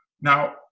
Now